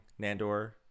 Nandor